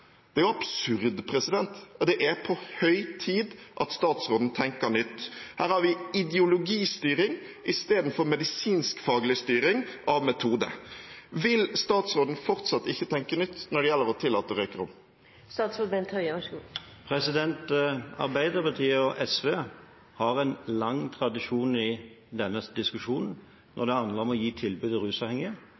Det er absurd. Det er på høy tid at statsråden tenker nytt. Her har vi ideologistyring istedenfor medisinsk-faglig styring av metode. Vil statsråden fortsatt ikke tenke nytt når det gjelder å tillate røykerom? Arbeiderpartiet og SV har i denne diskusjonen en lang tradisjon når det handler om å gi tilbud til rusavhengige: